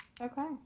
Okay